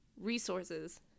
resources